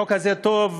החוק הזה טוב,